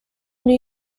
new